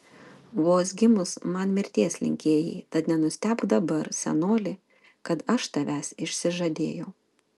vos gimus man mirties linkėjai tad nenustebk dabar senoli kad aš tavęs išsižadėjau